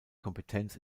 kompetenz